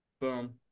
Boom